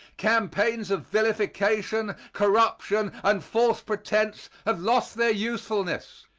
campaigns of vilification, corruption and false pretence have lost their usefulness.